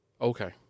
Okay